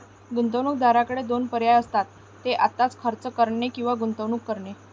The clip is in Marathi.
गुंतवणूकदाराकडे दोन पर्याय असतात, ते आत्ताच खर्च करणे किंवा गुंतवणूक करणे